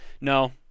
no